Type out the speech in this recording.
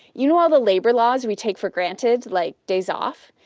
you know ah the labor laws we take for granted, like days off,